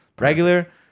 regular